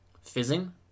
Fizzing